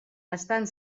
estan